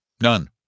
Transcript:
None